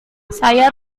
saya